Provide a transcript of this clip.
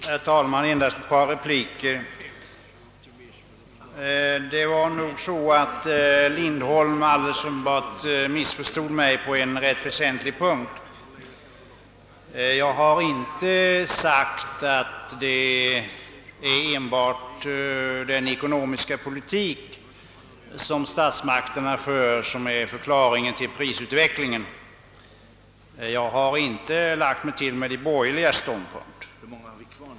Herr talman! Endast ett par repliker! Det var nog så att herr Lindholm alldeles uppenbart missförstod mig på en rätt väsentlig punkt. Jag har inte sagt att det är enbart den ekonomiska politik som statsmakterna för som är förklaringen till prisutvecklingen — jag har inte lagt mig till med de borgerligas ståndpunkt.